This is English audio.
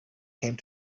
came